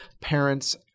parents